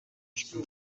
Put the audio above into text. албан